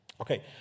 Okay